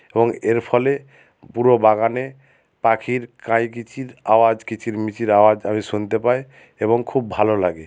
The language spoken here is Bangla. এবং এর ফলে পুরো বাগানে পাখির কাইকিচির আওয়াজ কিচিরমিচির আওয়াজ আমি শুনতে পাই এবং খুব ভালো লাগে